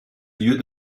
lieu